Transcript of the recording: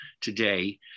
today